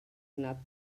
anat